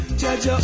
judge